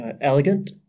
elegant